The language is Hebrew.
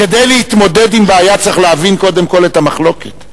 כדי להתמודד עם בעיה צריך להבין קודם כול את המחלוקת.